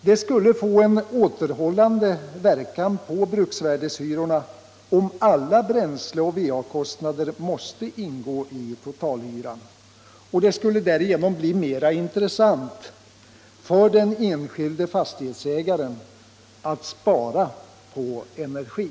Det skulle få en återhållande verkan på bruksvärdeshyrorna om alla bränsle och va-kostnader måste ingå i totalhyran, och det skulle därigenom bli mera intressant för den enskilde fastighetsägaren att spara på energi.